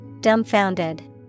Dumbfounded